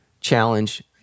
challenge